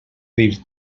dir